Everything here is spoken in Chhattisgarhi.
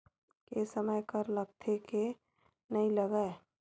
के समय कर लगथे के नइ लगय?